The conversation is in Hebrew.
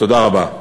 תודה רבה.